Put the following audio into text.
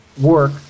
work